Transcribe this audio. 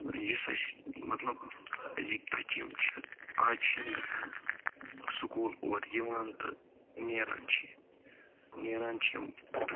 یُس اَسہِ مطلب أزِکۍ بچہِ یِم چھِ آز چھِ یِم گَژھان سُکوٗل اورٕ یِوان تہٕ نیران چھِ یہِ نیران چھِ یِم تہٕ